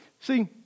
see